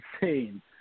insane